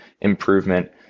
improvement